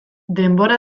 denbora